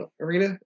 Arena